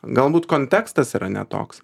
galbūt kontekstas yra ne toks